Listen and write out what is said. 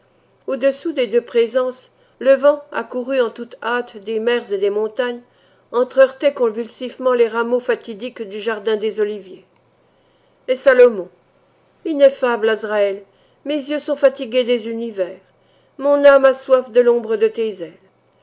au-dessous des deux présences le vent accouru en toute hâte des mers et des montagnes entre heurtait convulsivement les rameaux fatidiques du jardin des oliviers et salomon ineffable azraël mes yeux sont fatigués des univers mon âme a soif de l'ombre de tes ailes